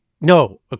no